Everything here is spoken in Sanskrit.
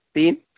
त्रीणि